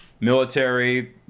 military